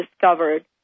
discovered